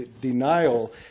denial